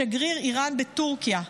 שגריר איראן בטורקיה.